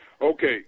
Okay